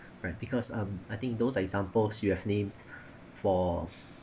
right because um I think those examples you have named for